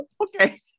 Okay